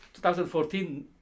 2014